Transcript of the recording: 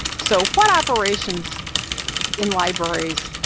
so what operations in libraries